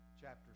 chapter